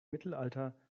mittelalter